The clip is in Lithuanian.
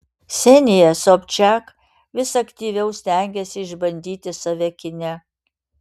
ksenija sobčak vis aktyviau stengiasi išbandyti save kine